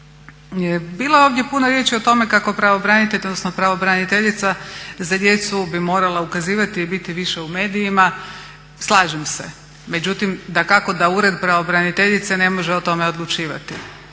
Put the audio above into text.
o tome kako pravobranitelj, odnosno pravobraniteljica za djecu bi morala ukazivati i biti više u medijima. Slažem se, međutim, dakako da Ured pravobraniteljice ne može o tome odlučivati.